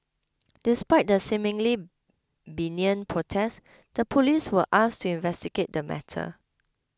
despite the seemingly benign protest the police were asked to investigate the matter